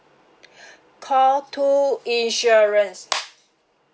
call two insurance